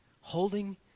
holding